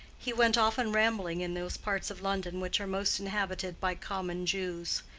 he went often rambling in those parts of london which are most inhabited by common jews.